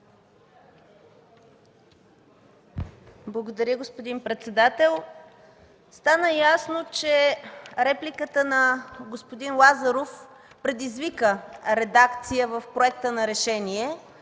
Благодаря, господин председател. Стана ясно, че репликата на господин Лазаров предизвика редакция в Проекта на решение.